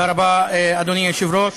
אדוני היושב-ראש,